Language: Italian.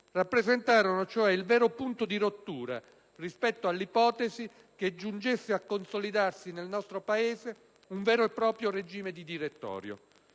rappresentarono, cioè, il vero punto di rottura rispetto all'ipotesi che giungesse a consolidarsi nel nostro Paese un vero e proprio regime di direttorio.